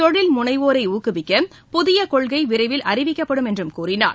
தொழில்முனைவோரை ஊக்குவிக்க புதிய கொள்கை விரைவில் அறிவிக்கப்படும் என்றும் கூறினார்